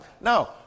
Now